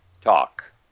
talk